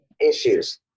issues